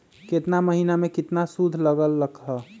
केतना महीना में कितना शुध लग लक ह?